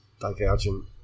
divergent